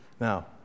Now